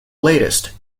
latest